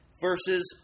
versus